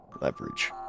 leverage